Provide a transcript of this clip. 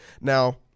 Now